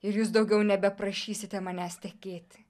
ir jūs daugiau nebeprašysite manęs tekėti